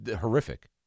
horrific